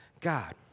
God